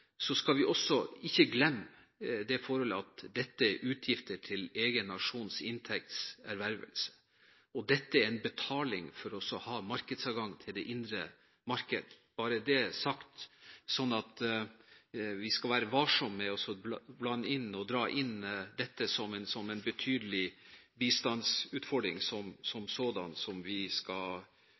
er utgifter til egen nasjons inntektservervelse. Dette er betaling for å ha markedsadgang til det indre marked, bare så det er sagt. Vi skal være varsomme med å dra inn dette som en betydelig bistandsutfordring som vi skal fokusere for mye på i tiden fremover. Saksordføreren har gjennom sitt saksordførerskap dratt opp og forbedret innstillingen, som